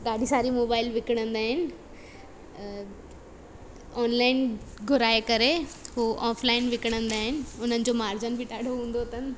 ॾाढी सारी मोबाइल विकिणंदा आहिनि अ ऑनलाइन घुराए करे पोइ ऑफलाइन विकणंदा आहिनि उन्हनि जो मार्जन बि ॾाढो हूंदो अथनि